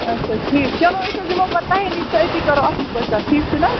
آچھا ٹھیٖک چلو أسۍ حظ یِمو پَتہٕ تۄہہِ نِش تہٕ أتی کَرو اصٕل پٲٹھۍ کَتھ ٹھیٖک چھُ نَہ حظ